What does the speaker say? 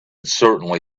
certainly